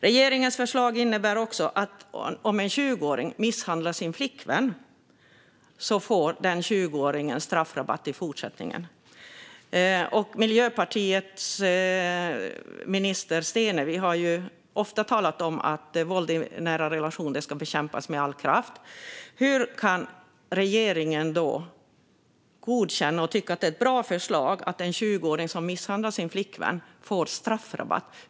Regeringens förslag innebär också att en 20-åring som misshandlar sin flickvän får straffrabatt i fortsättningen. Miljöpartiets minister Stenevi har ofta talat om att våld i nära relationer ska bekämpas med all kraft. Hur kan regeringen då godkänna och tycka att det är ett bra förslag att en 20-åring som misshandlar sin flickvän får straffrabatt?